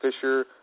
Fisher